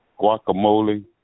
Guacamole